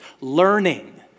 learning